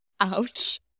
Ouch